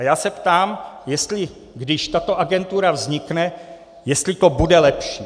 A já se ptám, jestli když tato agentura vznikne, jestli to bude lepší.